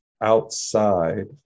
outside